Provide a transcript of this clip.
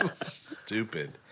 Stupid